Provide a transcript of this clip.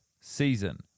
season